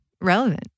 relevant